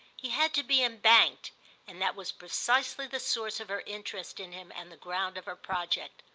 he had to be embanked and that was precisely the source of her interest in him and the ground of her project.